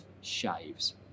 shaves